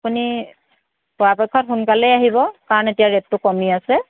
আপুনি পৰাপক্ষত সোনকালেই আহিব কাৰণ এতিয়া ৰে'টটো কমি আছে